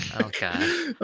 okay